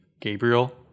Gabriel